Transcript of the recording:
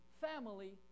family